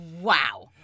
wow